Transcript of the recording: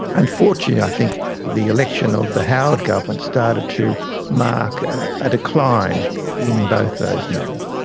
unfortunately i think the election of the howard government started to mark a decline in both those matters.